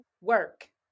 work